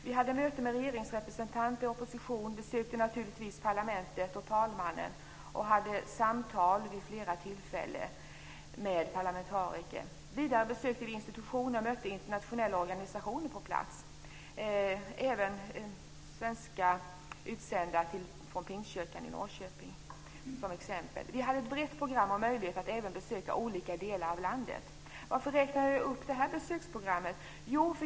Vi mötte regeringsrepresentanter och oppositionen, och vi besökte naturligtvis parlamentet och talmannen. Vi samtalade vid flera tillfällen med parlamentariker. Vidare besökte vi institutioner och mötte internationella organisationer som finns på plats - även svenska utsända från Pingstkyrkan i Norrköping. Det var ett brett program som även möjliggjorde besök i olika delar av landet. Varför räknar jag upp det här besöksprogrammet?